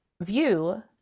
view